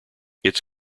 its